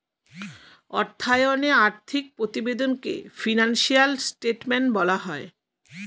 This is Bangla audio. অর্থায়নে আর্থিক প্রতিবেদনকে ফিনান্সিয়াল স্টেটমেন্ট বলা হয়